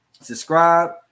subscribe